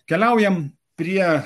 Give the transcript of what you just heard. keliaujam prie